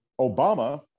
obama